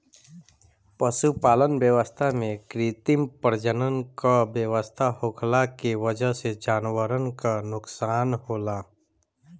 पशुपालन व्यवस्था में कृत्रिम प्रजनन क व्यवस्था होखला के वजह से जानवरन क नोकसान होला